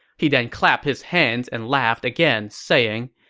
he then clapped his hands and laughed again, saying,